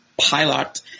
pilot